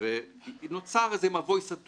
- אנחנו יכולים להגיד בוודאות